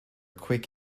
quick